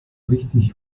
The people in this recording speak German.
richtig